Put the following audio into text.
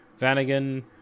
Vanagon